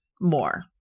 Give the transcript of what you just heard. More